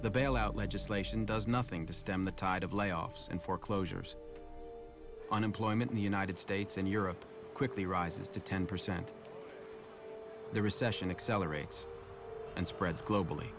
the bailout legislation does nothing to stem the tide of layoffs and foreclosures unemployment in the united states and europe quickly rises to ten percent the recession accelerates and spreads globally